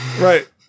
Right